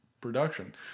production